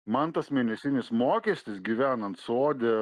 man tas mėnesinis mokestis gyvenant sode